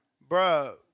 Bro